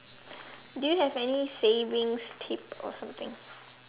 do you have any savings tip or something